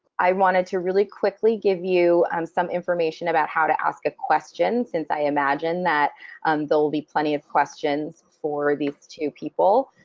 i wanted to really quickly give you some information about how to ask a question since i imagine that um there will be plenty of questions for these two people.